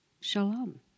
shalom